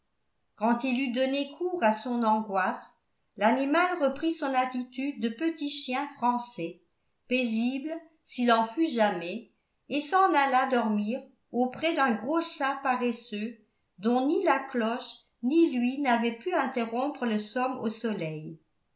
quand il eut donné cours à son angoisse l'animal reprit son attitude de petit chien français paisible s'il en fût jamais et s'en alla dormir auprès d'un gros chat paresseux dont ni la cloche ni lui n'avaient pu interrompre le somme au soleil